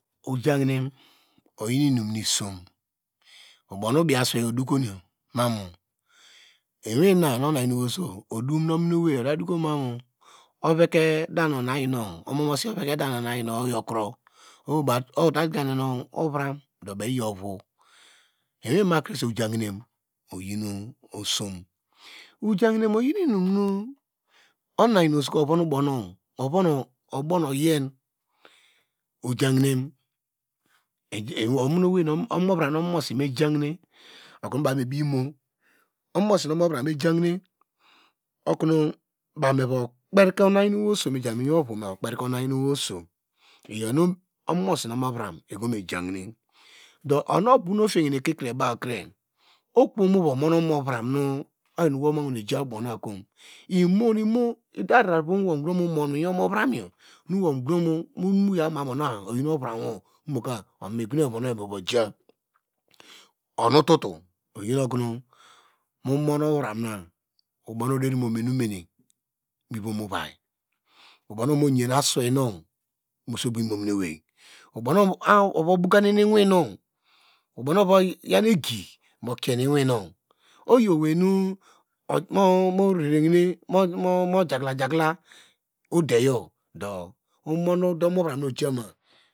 Ojahinen oyeni inum nuh isom obow nu obiaswei odokonoyo mamu miwin inan nu onayan ewei odum nu ekon oso oda dokomamu omomosi oveke danor na yinu oyokoro oho tayene ovram do baw eyeovu, iwin makresi ojahine osom, ojahine oyien inum nu onuyen oso ka ovuno obaw nu ovan obawn oyen omovram nu omomosi meja hine okonu baw mibiye imo omomosi nu omovram meja okonu baw meyakperke oso okonu meva kperke oso oyi inum mu omosi nu omovram egbo mijahine, do- onu obow nu ofihine mowi kikre baw okojo muva mun omovram nu oyi nu womavu ja ubow nakom imo nu imo, ide arara vonu momon miwin omovramyo no wo ogo nu ovonu ye vamuja, onu tutu oyiokonu mumon ovram nu obow nu oderi mumene omeni mo ovu ovai obaw nu ovumo yan aswei nu mu sogbo imominewei obow nu ova bokanan iwinu obaw nu ova yan egi mukie iwei nu oyi owei nu morere hine mojakla jakla.